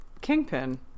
Kingpin